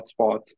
hotspots